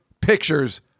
pictures